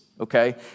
Okay